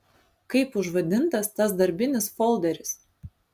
kaip užvadintas tas darbinis folderis